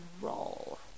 roll